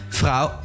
vrouw